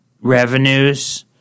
revenues